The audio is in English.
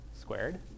squared